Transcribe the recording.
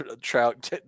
Trout